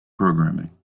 programming